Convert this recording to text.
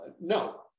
no